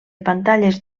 pantalles